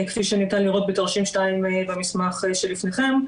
כפי שניתן לראות בתרשים 2 במסמך שלפניכם,